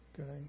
Okay